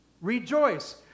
Rejoice